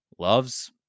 Loves